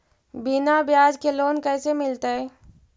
बिना ब्याज के लोन कैसे मिलतै?